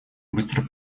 быстро